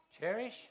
Cherish